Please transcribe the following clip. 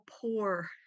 poor